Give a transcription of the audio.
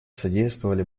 содействовали